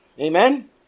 Amen